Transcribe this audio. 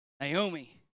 Naomi